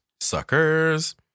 suckers